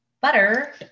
butter